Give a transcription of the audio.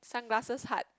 Sunglasses Hut